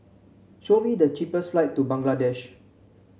show me the cheapest flight to Bangladesh